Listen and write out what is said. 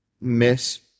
miss